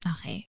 Okay